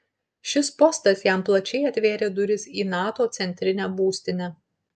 šis postas jam plačiai atvėrė duris į nato centrinę būstinę